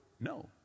No